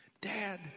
Dad